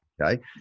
Okay